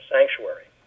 Sanctuary